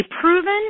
proven